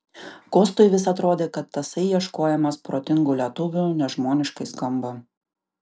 kostui vis atrodė kad tasai ieškojimas protingų lietuvių nežmoniškai skamba